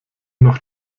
noch